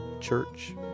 church